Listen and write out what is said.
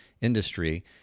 industry